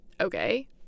okay